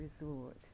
resort